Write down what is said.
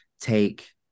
take